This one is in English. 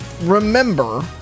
remember